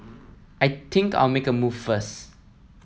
I think I'll make a move first